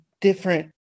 different